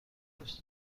دوست